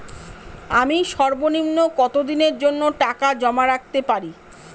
আমি সর্বনিম্ন কতদিনের জন্য টাকা জমা রাখতে পারি?